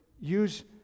use